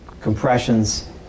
compressions